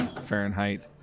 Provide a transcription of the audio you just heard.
Fahrenheit